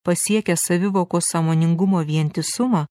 pasiekia savivokos sąmoningumo vientisumą